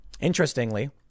Interestingly